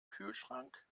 kühlschrank